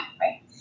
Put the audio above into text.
right